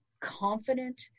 confident